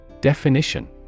Definition